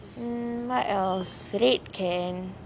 mm what else red can